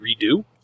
redo